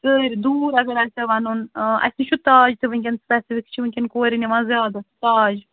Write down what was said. سٲرۍ دوٗر اگر آسیٛا وَنُن اَسہِ نِش چھُ تاج تہٕ وُنکٮ۪ن سپیسِفِک چھِ وُنکٮ۪ن کورٮ۪ن نِوان زیادٕ تاج